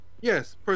Yes